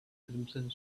crimson